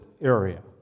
area